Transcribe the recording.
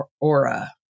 aura